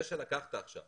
שלקחת עכשיו